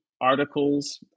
articles